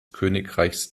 königreichs